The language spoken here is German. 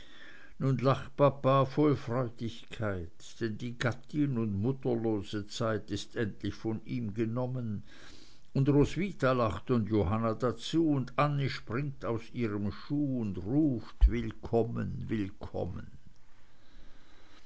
papa voll freudigkeit denn die gattin und mutterlose zeit ist endlich von ihm genommen und roswitha lacht und johanna dazu und annie springt aus ihrem schuh und ruft willkommen willkommen